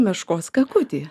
meškos kakutį